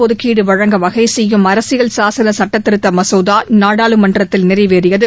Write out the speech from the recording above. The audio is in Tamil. ஒதுக்கீடு வழங்க வகை செய்யும் அரசியல் சாசன சுட்டத்திருத்த மசோதா நாடாளுமன்றத்தில் நிறைவேறியது